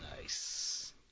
Nice